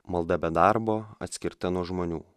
malda be darbo atskirta nuo žmonių